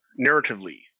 narratively